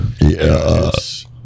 Yes